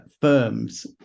firms